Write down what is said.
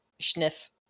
sniff